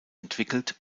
entwickelt